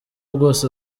bwose